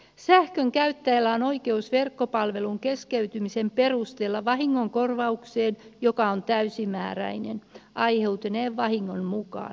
sähkönkäyttäjällä on oikeus verkkopalvelun keskeytymisen perusteella vahingonkorvaukseen joka on täysimääräinen aiheutuneen vahingon mukaan